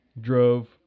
Drove